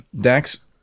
Dax